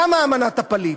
קמה אמנת הפליט,